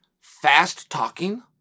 fast-talking